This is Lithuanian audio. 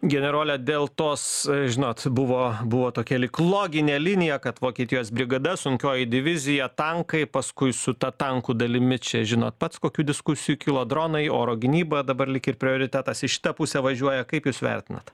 generole dėl tos žinot buvo buvo tokia lyg loginė linija kad vokietijos brigada sunkioji divizija tankai paskui su ta tankų dalimi čia žinot pats kokių diskusijų kilo dronai oro gynyba dabar lyg ir prioritetas į šitą pusę važiuoja kaip jūs vertinat